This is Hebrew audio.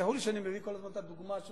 תסלחו לי שאני מביא כל הזמן את הדוגמה של